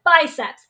biceps